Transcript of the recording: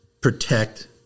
protect